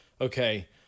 Okay